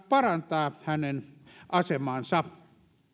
parantaa hänen asemaansa